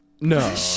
No